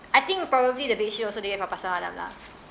I think probably the bedsheet also they get from pasar malam lah